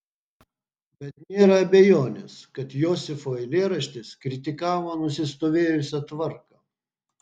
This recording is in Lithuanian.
bet nėra abejonės kad josifo eilėraštis kritikavo nusistovėjusią tvarką